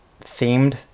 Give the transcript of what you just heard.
themed